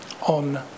on